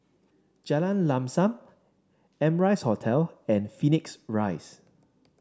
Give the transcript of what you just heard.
Jalan Lam Sam Amrise Hotel and Phoenix Rise